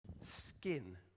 skin